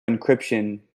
encryption